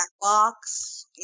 box